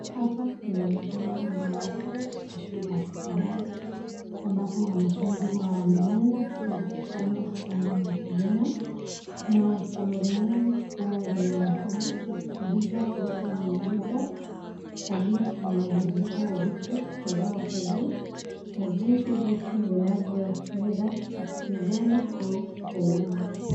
Hapa inaonekana ni mahabara ya shule ya secondary,(cs), ambapo wanafunzi uwa wanaenda ili kusoma somo la kemia, na somo lenye uwa lina fundishwa kuhusu miundo, tabia na mabadiliko ya vitu kadhaa kadhaa na jinsi vitu vinavyo weza kuungana au kutengana.